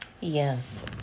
Yes